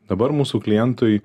dabar mūsų klientui